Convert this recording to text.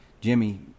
Jimmy